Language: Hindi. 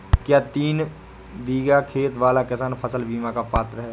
क्या तीन बीघा खेत वाला किसान फसल बीमा का पात्र हैं?